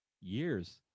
years